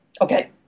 Okay